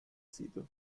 sito